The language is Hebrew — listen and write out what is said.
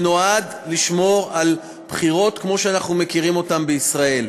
שנועד לשמור על בחירות כמו שאנחנו מכירים אותן בישראל.